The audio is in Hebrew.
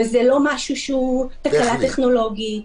וזה לא משהו שהוא תקלה טכנולוגית,